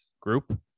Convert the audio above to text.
group